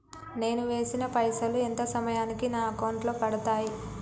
నేను వేసిన పైసలు ఎంత సమయానికి నా అకౌంట్ లో పడతాయి?